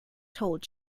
told